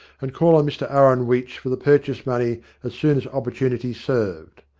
and call on mr aaron weech for the purchase money as soon as opportunity served.